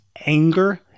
anger